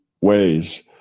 ways